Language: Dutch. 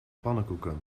pannenkoeken